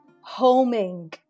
homing